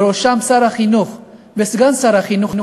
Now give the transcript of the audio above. בראשו שר החינוך וסגן שר החינוך,